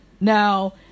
Now